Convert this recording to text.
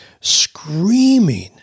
screaming